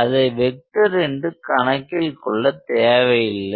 அதை வெக்டர் என்று கணக்கில் கொள்ளத் தேவையில்லை